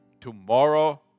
tomorrow